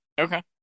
Okay